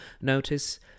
notice